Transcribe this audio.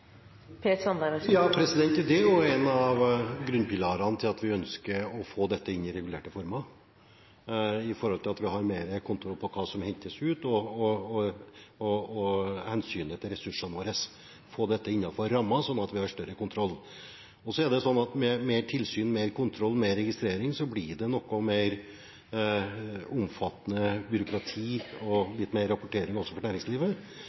jo noe av grunnen til at vi ønsker å få dette inn i regulerte former – bedre kontroll med hva som hentes ut, og hensynet til ressursene våre – få dette innenfor rammer som gjør at vi har større kontroll. Med mer tilsyn og mer kontroll med registreringen blir det noe mer omfattende byråkrati og litt mer rapportering også for næringslivet,